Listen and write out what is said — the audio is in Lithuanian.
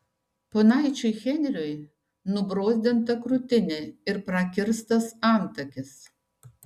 ponaičiui henriui nubrozdinta krūtinė ir prakirstas antakis